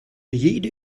jede